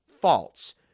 false